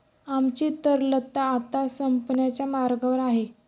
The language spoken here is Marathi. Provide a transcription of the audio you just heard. आमची तरलता आता संपण्याच्या मार्गावर आहे